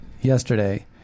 yesterday